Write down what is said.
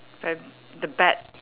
uh the bad